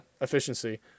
efficiency